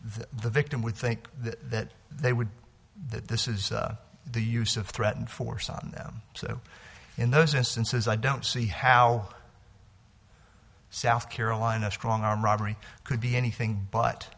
the victim would think that they would that this is the use of threat and force on them so in those instances i don't see how south carolina strong arm robbery could be anything but